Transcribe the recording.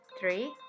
Three